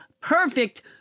perfect